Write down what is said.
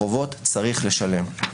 חובות צריך לשלם.